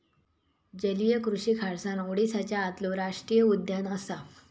जलीय कृषि खारसाण ओडीसाच्या आतलो राष्टीय उद्यान असा